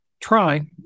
try